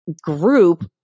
group